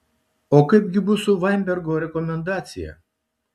o kaip gi bus su vainbergo rekomendacija